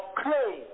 clay